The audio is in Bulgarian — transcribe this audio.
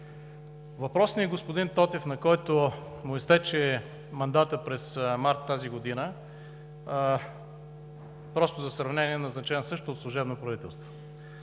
Въпросният господин Тотев, на който му изтече мандатът през март тази година – просто за сравнение, е назначен също от служебно правителство.